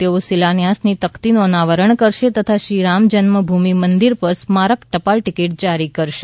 તેઓ શિલાન્યાસની તકતીનું અનાવરણ કરશે તથા શ્રીરામ જન્મભૂમિ મંદીર પર સ્મારક ટપાલ ટીકીટ જારી કરશે